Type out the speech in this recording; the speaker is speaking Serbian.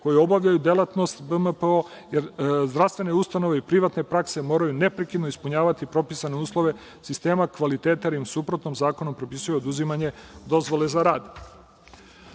koje obavljaju delatnost BMPO, jer zdravstvene ustanove privatne prakse moraju neprekidno ispunjavati propisane uslove sistema kvaliteta, jer im u suprotnom zakon propisuje oduzimanje dozvole za